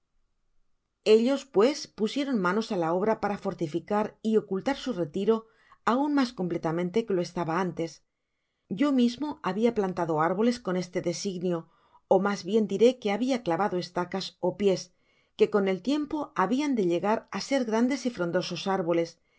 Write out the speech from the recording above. ellos pues pusieron manos á la obra para fortificar y ocultar su retiro aun mas completamente que lo estaba antes yo mismo habia plantado árboles con este designio ó mas bien diré que habia clavado estacas ó pies que con el tiempo ha bian de llegar á ser grandes y frondosos árboles